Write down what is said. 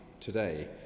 Today